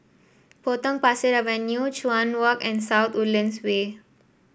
Potong Pasir Avenue Chuan Walk and South Woodlands Way